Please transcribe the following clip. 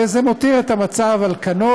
וזה מותיר את המצב על כנו,